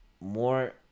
more